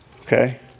Okay